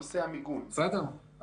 בסדר.